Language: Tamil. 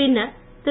பின்னர் திரு